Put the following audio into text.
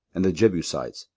and the jebusites,